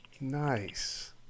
Nice